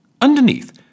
Underneath